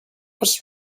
was